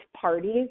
parties